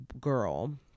girl